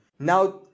Now